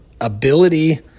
ability